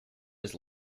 his